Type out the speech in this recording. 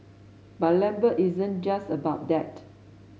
but Lambert isn't just about that